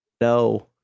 no